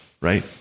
Right